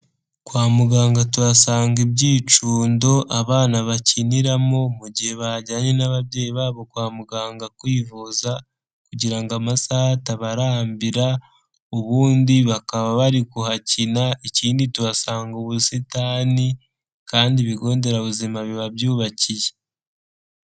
Kwa muganga tuhasanga ibyicundo abana bakiniramo mu gihe bajyanye n'ababyeyi babo kwa muganga kwivuza kugira ngo amasaha atabarambira, ubundi bakaba bari kuhakina, ikindi tuhasanga ubusitani kandi ibigo nderabuzima biba byubakiye.